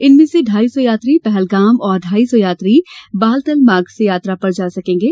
इनमें से ढ़ाई सौ यात्री पहलगाम और ढ़ाई सौ यात्री बालतल मार्ग से यात्रा पर जा सकेंगे